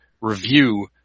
review